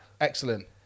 excellent